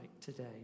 today